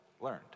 learned